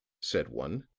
said one.